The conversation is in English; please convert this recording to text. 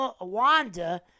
Wanda